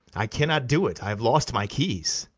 i cannot do it i have lost my keys.